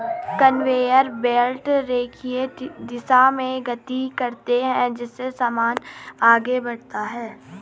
conveyor belt रेखीय दिशा में गति करते हैं जिससे सामान आगे बढ़ता है